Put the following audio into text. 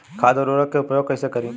खाद व उर्वरक के उपयोग कईसे करी?